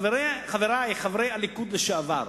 חברי חברי הליכוד לשעבר,